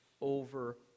over